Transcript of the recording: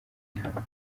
intambwe